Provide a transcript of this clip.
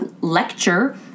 lecture